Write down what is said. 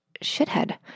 shithead